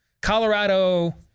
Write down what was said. Colorado